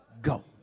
go